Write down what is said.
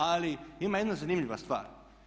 Ali ima jedna zanimljiva stvar.